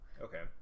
Okay